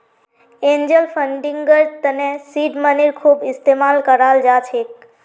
angel फंडिंगर तने seed मनीर खूब इस्तमाल कराल जा छेक